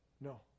no